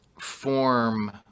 form